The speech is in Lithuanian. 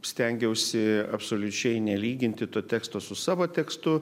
stengiausi absoliučiai nelyginti to teksto su savo tekstu